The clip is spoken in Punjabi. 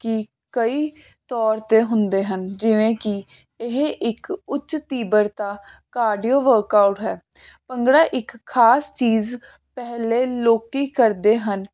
ਕਿ ਕਈ ਤੌਰ 'ਤੇ ਹੁੰਦੇ ਹਨ ਜਿਵੇਂ ਕਿ ਇਹ ਇੱਕ ਉੱਚ ਤੀਬਰਤਾ ਕਾਰਡੀਓ ਵਰਕਆਊਟ ਹੈ ਭੰਗੜਾ ਇੱਕ ਖ਼ਾਸ ਚੀਜ਼ ਪਹਿਲੇ ਲੋਕ ਕਰਦੇ ਹਨ